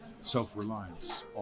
self-reliance